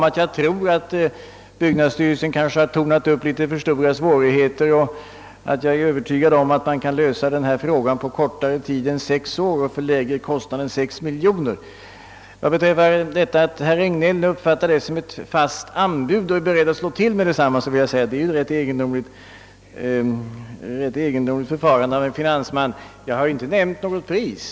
Att herr Regnéll uppfattar vad jag sade om att man kan lösa denna fråga på kortare tid än sex år och till lägre kostnad än 6 miljoner kronor som ett fast anbud och är beredd att slå till omedelbart, tycker jag är litet egendomligt när det gäller en finansman; jag har ju inte nämnt något pris.